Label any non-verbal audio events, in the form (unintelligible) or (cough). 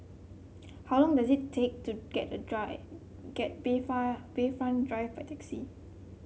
(noise) how long does it take to get to Drive get (unintelligible) Bayfront Drive by taxi